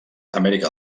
amèrica